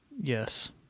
Yes